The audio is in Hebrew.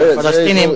והפלסטינים,